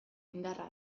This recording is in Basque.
indarra